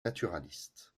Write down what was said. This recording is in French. naturaliste